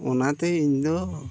ᱚᱱᱟᱛᱮ ᱤᱧᱫᱚ